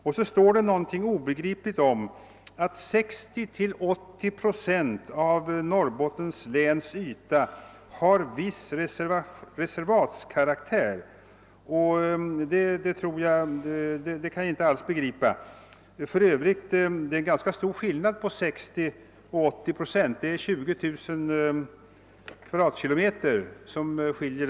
Vidare står det något obegripligt om att 60 till 80 procent av Norrbottens läns yta har viss reservatkaraktär. Det kan jag inte alls förstå. För övrigt är det ganska stor skillnad på 60 och 80 procent, det är inte mindre än 20 000 kvadratkilometer som skiljer.